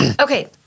Okay